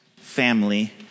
family